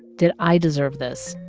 did i deserve this?